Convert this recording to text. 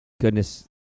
goodness